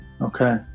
Okay